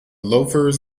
loafers